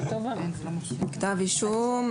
כתב אישום,